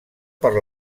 per